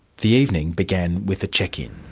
the evening began with a check-in.